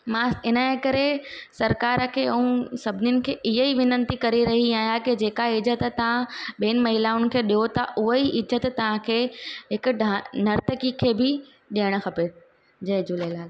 मां इनजे करे सरकार खे ऐं सभिनीनि खे इहोई विनंती करे रही आहियां कि जेका इज़त तव्हां ॿियनि महिलाउनि खे ॾियो था उहोई इजतु तव्हांखे हिकु डा नर्तकी खे बि ॾियणु खपे जय झूलेलाल